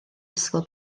ysgol